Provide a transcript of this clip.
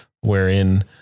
wherein